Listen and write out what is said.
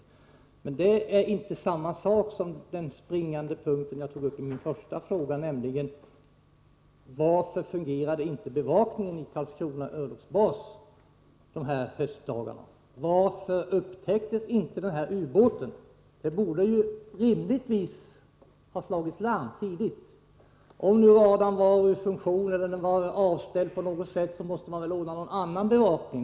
Men detta är alltså inte samma sak som det jag hade som den springande punkten i mitt första anförande, nämligen frågan: Varför fungerade inte bevakningen vid Karlskrona örlogsbas de här höstdagarna? Varför upptäcktesinte den här ubåten? Det borde rimligtvis ha slagits larm tidigt. Om radarn var ur funktion eller var avställd på något sätt, skulle man väl ha ordnat något annat slags bevakning.